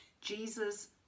Jesus